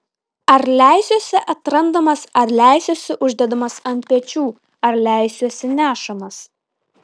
ar leisiuosi atrandamas ar leisiuosi uždedamas ant pečių ar leisiuosi nešamas